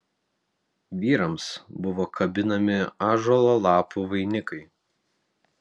vyrams buvo kabinami ąžuolo lapų vainikai